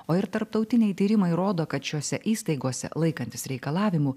o ir tarptautiniai tyrimai rodo kad šiose įstaigose laikantis reikalavimų